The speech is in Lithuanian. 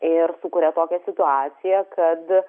ir sukuria tokią situaciją kad